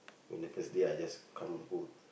when the first day I just come home